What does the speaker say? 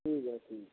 ठीक आहे ए ठीक आहे